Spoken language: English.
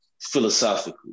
philosophically